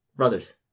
Brothers